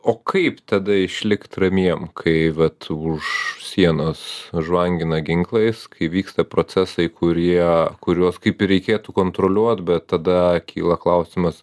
o kaip tada išlikt ramiem kai vat už sienos žvangina ginklais kai vyksta procesai kurie kuriuos kaip ir reikėtų kontroliuot bet tada kyla klausimas